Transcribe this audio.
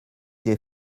des